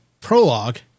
prologue